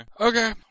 Okay